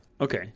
Okay